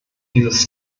dieses